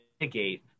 mitigate